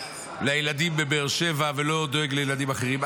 לילדים בבאר שבע ולא דואג לילדים אחרים.